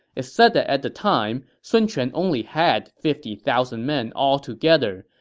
it said that at the time, sun quan only had fifty thousand men altogether,